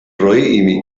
roí